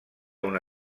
una